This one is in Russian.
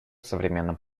современном